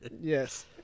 Yes